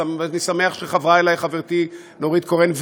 ואני שמח שחברה אלי חברתי נורית קורן,